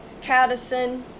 cadison